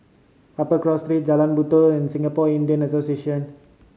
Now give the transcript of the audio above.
Upper Cross Street Jalan Batu and Singapore Indian Association